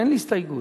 אין הסתייגות.